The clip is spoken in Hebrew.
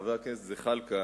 חבר הכנסת זחאלקה,